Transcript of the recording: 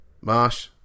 Marsh